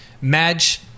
Madge